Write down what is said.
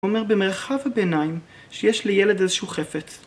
הוא אומר במרחב הביניים שיש לילד איזושהי חפץ.